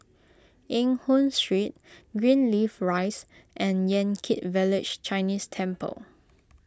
Eng Hoon Street Greenleaf Rise and Yan Kit Village Chinese Temple